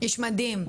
איש מדהים,